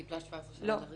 היא קיבלה 17 שנים על הריגה.